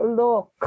look